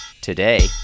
today